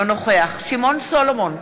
אינו נוכח שמעון סולומון,